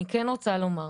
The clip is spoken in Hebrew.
אני כן רוצה לומר,